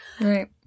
right